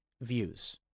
views